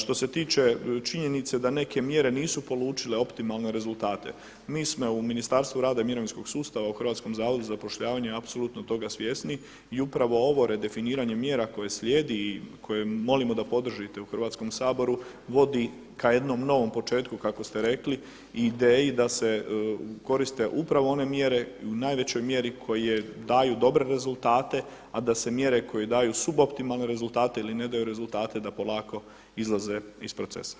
Što se tiče činjenice da neke mjere nisu polučile optimalne rezultate, mi smo u Ministarstvu rada i mirovinskog sustava u Hrvatskom zavodu za zapošljavanje apsolutno toga svjesni i upravo ovo redefiniranje mjera koje slijedi i koje molimo da podržite u Hrvatskom saboru vodi ka jednom novom početku kako ste rekli i ideji da se koriste upravo one mjere i u najvećoj mjeri koje daju dobre rezultate, a da se mjere koje daju suboptimalne rezultate ili ne daju rezultate da polako izlaze iz procesa.